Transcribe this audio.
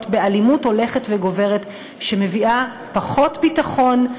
באלימות הולכת וגוברת שמביאה פחות ביטחון,